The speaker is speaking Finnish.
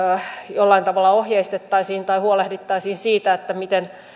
jollain tavalla ohjeistettaisiin tai huolehdittaisiin siitä miten